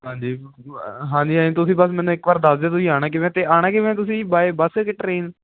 ਹਾਂਜੀ ਹਾਂਜੀ ਹਾਂਜੀ ਤੁਸੀਂ ਬਸ ਮੈਨੂੰ ਇੱਕ ਵਾਰ ਦੱਸ ਦਿਓ ਤੁਸੀਂ ਆਉਣਾ ਕਿਵੇਂ ਹੈ ਅਤੇ ਆਉਣਾ ਕਿਵੇਂ ਹੈ ਤੁਸੀਂ ਬਾਏ ਬੱਸ ਕਿ ਟ੍ਰੇਨ